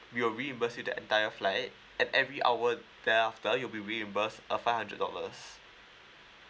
we will reimburse you the entire flight and every hour there after you'll be reimbursed a five hundred dollars